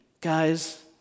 Guys